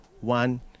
one